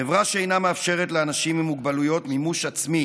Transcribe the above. חברה שאינה מאפשרת לאנשים עם מוגבלויות מימוש עצמי